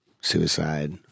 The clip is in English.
suicide